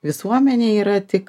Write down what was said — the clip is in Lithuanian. visuomenė yra tik